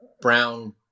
Brown